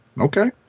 Okay